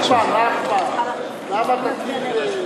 בבקשה.